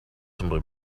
simply